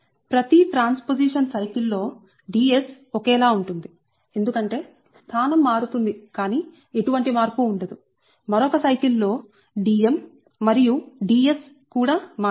ప్రతి transposition cycle లో Ds ఒకేలా ఉంటుంది ఎందుకంటేస్థానం మారుతుంది కానీ ఎటువంటి మార్పు ఉండదు మరొక సైకిల్ లో Dm మరియు Ds కూడా మారదు